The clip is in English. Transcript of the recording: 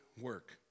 work